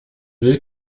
will